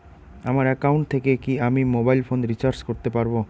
আমার একাউন্ট থেকে কি আমি মোবাইল ফোন রিসার্চ করতে পারবো?